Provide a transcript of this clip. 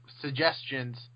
suggestions